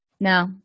No